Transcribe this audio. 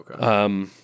Okay